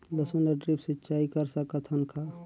लसुन ल ड्रिप सिंचाई कर सकत हन का?